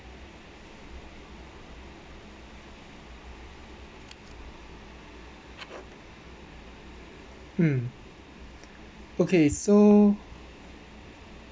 mm okay so